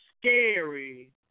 scary